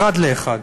אחד לאחד.